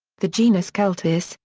the genus celtis,